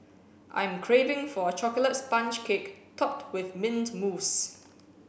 I am craving for a chocolate sponge cake topped with mint mousse